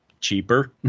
cheaper